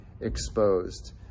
exposed